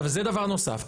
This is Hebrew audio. זה דבר נוסף.